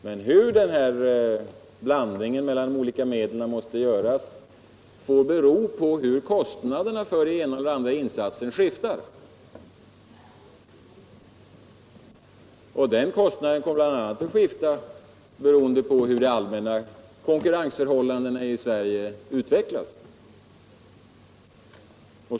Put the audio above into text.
Men hur = rådet blandningen av de olika medlen måste göras får bero på hur kostnaden för den ena eller andra insatsen skiftar. Den kostnaden kommer bl.a. att skifta beroende på hur de allmänna konkurrensförhållandena i Sverige utvecklas.